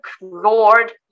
lord